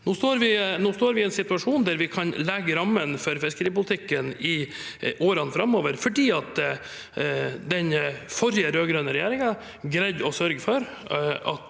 Nå står vi i en situasjon der vi kan legge rammene for fiskeripolitikken i årene framover, fordi den forrige rød-grønne regjeringen sørget for